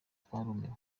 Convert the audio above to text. twarumiwe